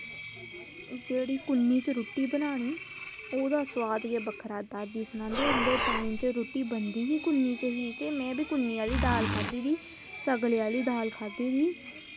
जेह्ड़ी कुन्नी च रुट्टी बनानी ओह्दा सोआद गै बक्खरा ऐ दादी सनांदे ते पैह्ले टैम च ते रुट्टी बनदी गै कुन्नी च ही ते में बी कुन्नी आह्ली दाल खाद्धी दी सगले आह्ली दाल खाद्धी दी